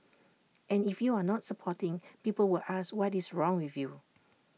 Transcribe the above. and if you are not supporting people will ask what is wrong with you